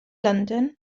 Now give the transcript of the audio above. london